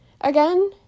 Again